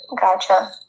gotcha